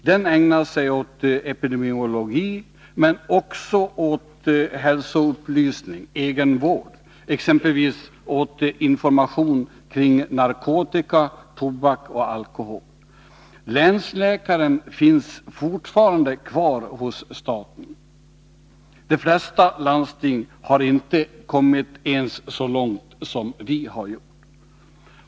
Den ägnar sig åt epidemiologi men också åt hälsoupplysning/ egenvård, exempelvis information kring narkotika, tobak och alkohol. Länsläkaren finns fortfarande kvar hos staten. De flesta landsting har inte kommit ens så långt som vi har gjort.